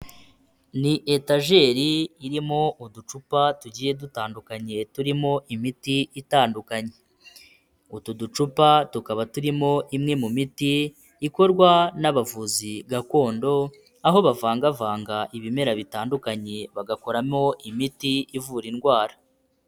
Ni etajeri irimo uducupa tugiye dutandukanye turimo imiti itandukanye. Utu ducupa tukaba turimo imwe mu miti ikorwa n'abavuzi gakondo, aho bavangavanga ibimera bitandukanye bagakoramo imiti ivura indwara.